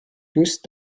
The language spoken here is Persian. دوست